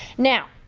now,